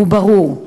הוא ברור: